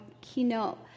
keynote